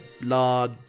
lard